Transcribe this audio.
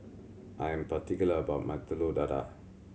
I am particular about my Telur Dadah